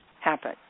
happen